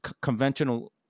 conventional